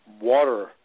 water